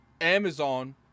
Amazon